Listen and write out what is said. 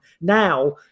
Now